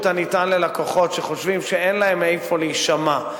הניתן ללקוחות שחושבים שאין להם איפה להישמע,